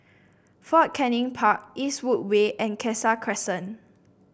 Fort Canning Park Eastwood Way and Cassia Crescent